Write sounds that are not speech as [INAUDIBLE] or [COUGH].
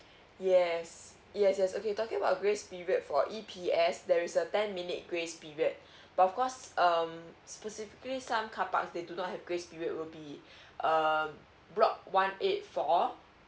yes yes yes okay talking about grace period for E_P_S there is a ten minute grace period [BREATH] but of course um specifically some carpark they do not have grace period will be [BREATH] um block one eight four